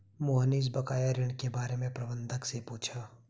मोहनीश बकाया ऋण के बारे में प्रबंधक से पूछा